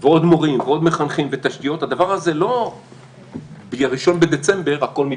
ועוד מורים ועוד מחנכים ותשתיות לא ב-1 בדצמבר הכול מתבצע.